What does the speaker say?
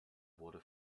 wurde